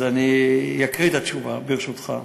אז אקריא את התשובה, ברשותך.